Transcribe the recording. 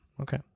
Okay